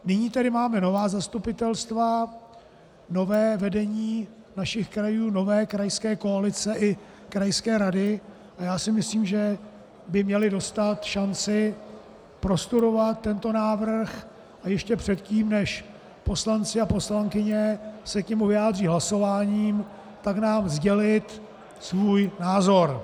Nyní tedy máme nová zastupitelstva, nové vedení našich krajů, nové krajské koalice i krajské rady a já si myslím, že by měly dostat šanci prostudovat tento návrh a ještě předtím, než poslanci a poslankyně se k němu vyjádří hlasováním, nám sdělit svůj názor.